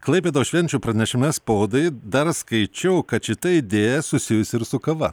klaipėdos švenčių pranešime spaudai dar skaičiau kad šita idėja susijusi ir su kava